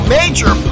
major